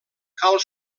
cal